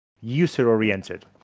user-oriented